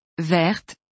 verte